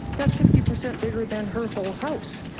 that's fifty percent bigger than her whole house.